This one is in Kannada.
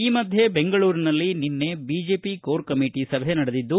ಈ ಮಧ್ಯೆ ಬೆಂಗಳೂರಿನಲ್ಲಿ ನಿನ್ನೆ ಬಿಜೆಪಿ ಕೋರ್ ಕಮೀಟಿ ಸಭೆ ನಡೆದಿದ್ದು